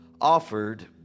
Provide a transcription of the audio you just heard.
offered